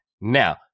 now